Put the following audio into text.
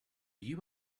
you